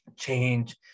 Change